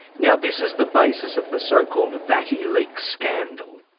now this is the basis of the so-called vatileaks scandal.